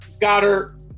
Goddard